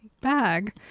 bag